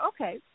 okay